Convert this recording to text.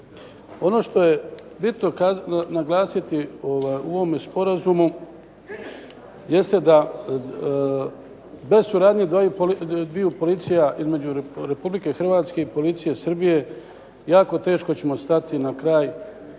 Ono što je bitno naglasiti u ovome sporazumu jeste da bez suradnje dviju policiju između Republike Hrvatske i policije Srbije jako teško ćemo stati na kraj